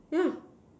yeah